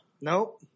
nope